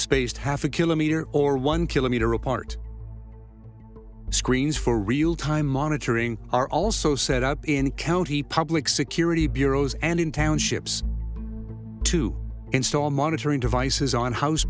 spaced half a kilometer or one kilometer apart screens for real time monitoring are also set up in county public security bureau is and in townships to install monitoring devices on house